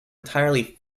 entirely